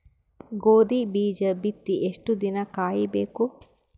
ಗೋಧಿ ಬೀಜ ಬಿತ್ತಿ ಎಷ್ಟು ದಿನ ಕಾಯಿಬೇಕು?